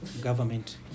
government